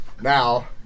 Now